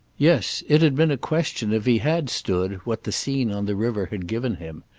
yes, it had been a question if he had stood what the scene on the river had given him,